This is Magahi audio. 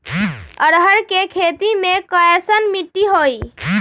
अरहर के खेती मे कैसन मिट्टी होइ?